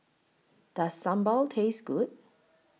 Does Sambal Taste Good